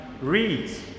reads